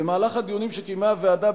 במהלך הדיונים שקיימה הוועדה,